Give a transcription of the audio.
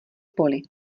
poli